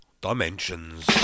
Dimensions